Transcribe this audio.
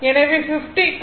எனவே 50 cos 52